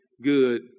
good